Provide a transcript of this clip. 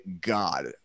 God